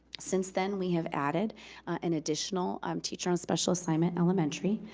since then, we have added an additional um teacher on special assignment elementary,